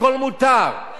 הכול מותר.